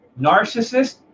narcissist